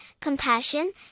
compassion